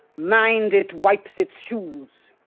mind it wipes its shoes.